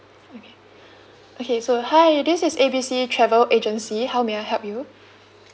okay okay so hi this is A B C travel agency how may I help you